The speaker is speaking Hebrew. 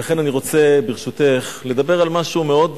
ולכן אני רוצה, ברשותך, לדבר על משהו מאוד